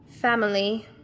Family